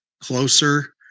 closer